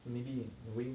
maybe in the way